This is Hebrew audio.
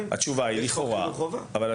יש חוק חינוך חובה.